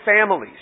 families